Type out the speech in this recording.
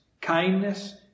kindness